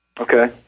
Okay